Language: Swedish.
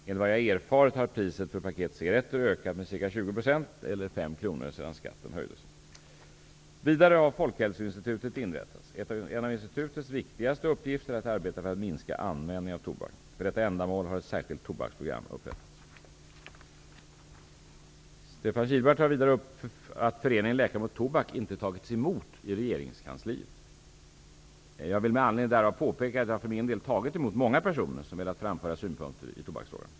Enligt vad jag erfarit har priset för ett paket cigarretter ökat med cirka 20 %, eller 5 kr, sedan skatten höjdes. Vidare har Folkhälsoinstitutet inrättats. En av institutets viktigaste uppgifter är att arbeta för att minska användningen av tobak. För detta ändamål har ett särskilt tobaksprogram upprättats. Läkare mot tobak inte tagits emot i regeringskansliet. Jag vill med anledning därav påpeka att jag för min del tagit emot många personer som velat framföra synpunkter i tobaksfrågan.